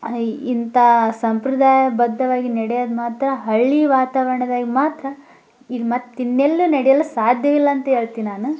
ಇಂಥ ಸಂಪ್ರದಾಯಬದ್ಧವಾಗಿ ನಡೆಯೋದು ಮಾತ್ರ ಹಳ್ಳಿ ವಾತಾವರಣದಾಗ ಮಾತ್ರ ಇಲ್ಲಿ ಮತ್ತಿನ್ನೆಲ್ಲೂ ನಡೆಯಲು ಸಾಧ್ಯವಿಲ್ಲ ಅಂತ ಹೇಳ್ತಿನ್ ನಾನು